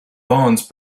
bones